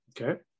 Okay